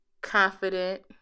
confident